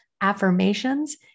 affirmations